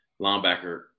linebacker